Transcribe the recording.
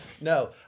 No